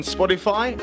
Spotify